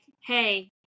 hey